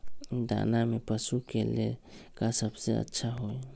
दाना में पशु के ले का सबसे अच्छा होई?